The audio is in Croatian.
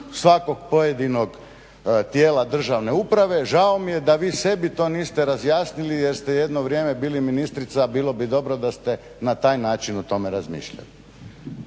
svakog pojedinog tijela državne uprave. Žao mi je da vi sebi to niste razjasnili jer ste jedno vrijeme bili ministrica, bilo bi dobro da ste na taj način o tome razmišljali.